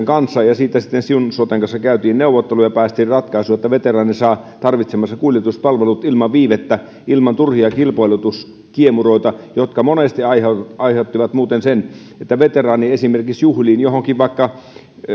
kanssa ja siitä sitten siun soten kanssa käytiin neuvotteluja ja päästiin ratkaisuun että veteraani saa tarvitsemansa kuljetuspalvelut ilman viivettä ilman turhia kilpailutuskiemuroita jotka monesti aiheuttivat aiheuttivat muuten sen että veteraani esimerkiksi juhliin mennessään vaikka johonkin